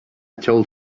told